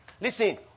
Listen